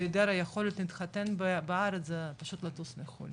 בהעדר היכולת להתחתן בארץ, זה פשוט לטוס לחו"ל